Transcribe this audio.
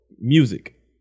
music